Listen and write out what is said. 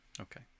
Okay